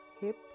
hip